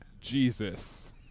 jesus